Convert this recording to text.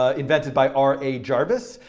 ah invented by r. a. jarvis.